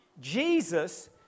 Jesus